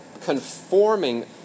conforming